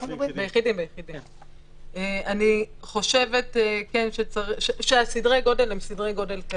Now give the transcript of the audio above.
אלה סדרי הגודל.